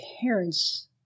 parents